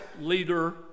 leader